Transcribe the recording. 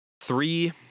three